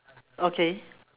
okay